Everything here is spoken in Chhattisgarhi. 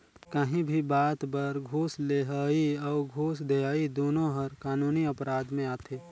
काहीं भी बात बर घूस लेहई अउ घूस देहई दुनो हर कानूनी अपराध में आथे